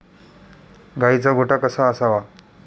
गाईचा गोठा कसा असावा?